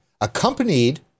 accompanied